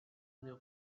new